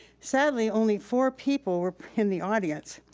sadly, only four people were in the audience.